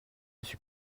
suis